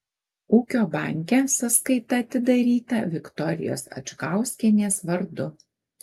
ūkio banke sąskaita atidaryta viktorijos adžgauskienės vardu